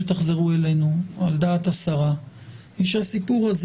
- כשתחזרו אלינו והיא על דעת שרת הפנים - היא שאת הסיפור הזה